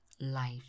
life